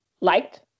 liked